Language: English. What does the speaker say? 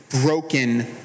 broken